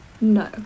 No